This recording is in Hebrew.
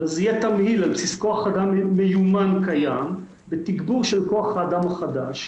זה יהיה תמהיל על בסיס כוח אדם מיומן קיים בתגבור של כוח האדם החדש.